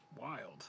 Wild